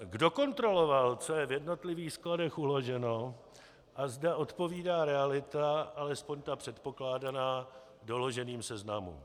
Kdo kontroloval, co je v jednotlivých skladech uloženo a zda odpovídá realita, alespoň ta předpokládaná, doloženým seznamům?